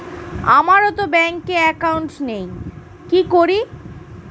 আমারতো ব্যাংকে একাউন্ট নেই কি করি?